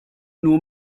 nur